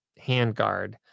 handguard